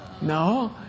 No